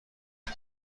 کشه